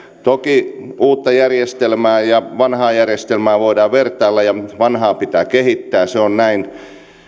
toki uutta järjestelmää ja vanhaa järjestelmää voidaan vertailla ja vanhaa pitää kehittää se on näin